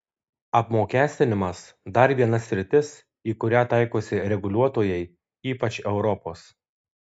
apmokestinimas dar viena sritis į kurią taikosi reguliuotojai ypač europos